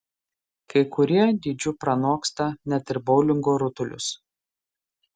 kai kurie dydžiu pranoksta net ir boulingo rutulius